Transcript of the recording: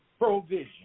provision